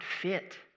fit